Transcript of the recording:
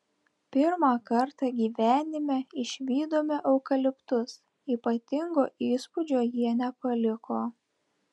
pirmą kartą gyvenime išvydome eukaliptus ypatingo įspūdžio jie nepaliko